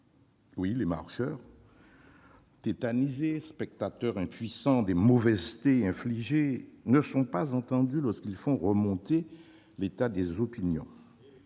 pas, les marcheurs, tétanisés, spectateurs impuissants des mauvaisetés infligées, ne sont pas entendus lorsqu'ils font remonter l'état des opinions.